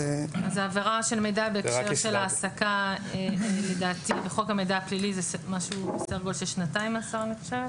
עבירה של מידע בהקשר של העסקה בחוק המידע הפלילי זה כשנתיים מאסר.